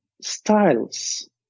styles